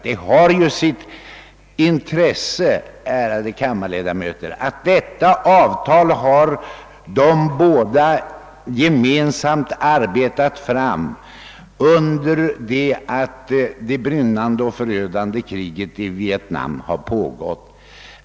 Det har sitt intresse, ärade kammarledamöter, att de arbetat fram avtalet medan det förödande kriget i Vietnam pågått.